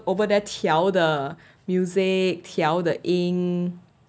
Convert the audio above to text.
over there 调 the music 调 the 音